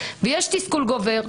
ויש תסכול גובר,